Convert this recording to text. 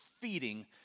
feeding